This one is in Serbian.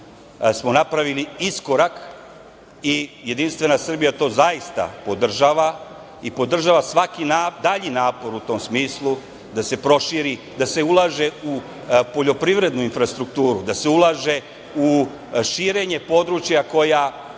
smo napravili iskorak. Jedinstvena Srbija to zaista podržava i podržava svaki dalji napor u tom smislu da se ulaže u poljoprivrednu infrastrukturu, da se ulaže širenje područja koja